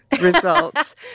Results